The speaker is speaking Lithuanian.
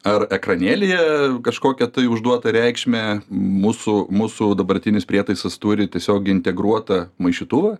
ar ekranėlyje kažkokią tai užduotą reikšmę mūsų mūsų dabartinis prietaisas turi tiesiog integruotą maišytuvą